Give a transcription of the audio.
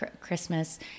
Christmas